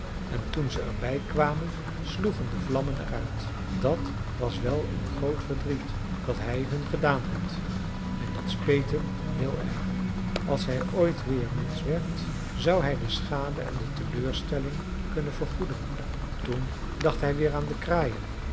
en toen ze er bij kwamen sloegen de vlammen er uit dat was wel een groot verdriet dat hij hun gedaan had en dat speet hem heel erg als hij ooit weer een mensch werd zou hij de schade en de teleurstelling kunnen vergoeden toen dacht hij weer aan de kraaien